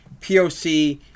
POC